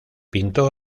pintó